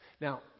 Now